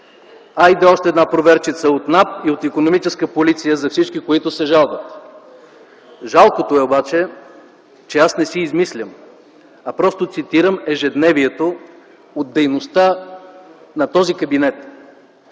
Хайде още една проверчица от НАП и от Икономическа полиция за всички, които се жалват. Жалкото обаче е, че аз не си измислям, а цитирам ежедневието от дейността на този кабинет.